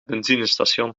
benzinestation